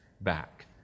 back